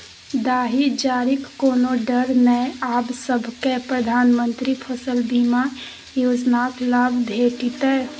दाही जारीक कोनो डर नै आब सभकै प्रधानमंत्री फसल बीमा योजनाक लाभ भेटितै